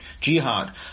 jihad